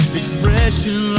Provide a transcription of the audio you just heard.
expression